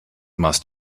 must